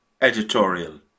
editorial